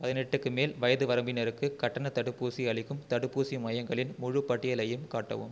பதினெட்டுக்கு மேல் வயது வரம்பினருக்கு கட்டணத் தடுப்பூசி அளிக்கும் தடுப்பூசி மையங்களின் முழுப் பட்டியலையும் காட்டவும்